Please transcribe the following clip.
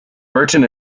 burton